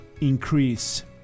increase